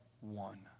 one